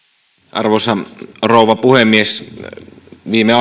arvoisa rouva puhemies viime